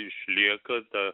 išlieka ta